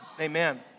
amen